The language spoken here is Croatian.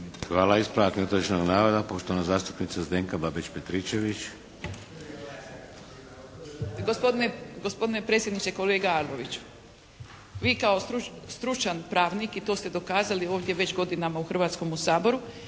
Hvala. Ispravak netočnog navoda, poštovana zastupnica Zdenka Babić Petričević. **Babić-Petričević, Zdenka (HDZ)** Gospodine predsjedniče, kolega Arlović. Vi kao stručan pravnik i to ste dokazali ovdje već godinama u Hrvatskome saboru